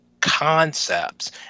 concepts